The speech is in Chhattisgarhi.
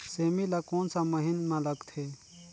सेमी ला कोन सा महीन मां लगथे?